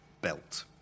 Belt